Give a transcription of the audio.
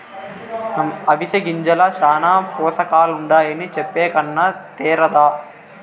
అవిసె గింజల్ల శానా పోసకాలుండాయని చెప్పే కన్నా తేరాదా